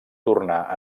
tornar